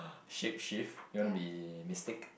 shape shift you want to be mystique